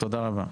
תודה רבה.